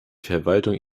verwaltung